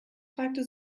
fragte